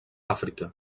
àfrica